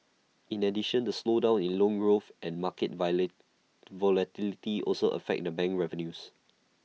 in addition the slowdown in loan growth and market volatility also affect the bank revenues